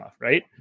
right